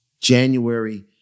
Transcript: January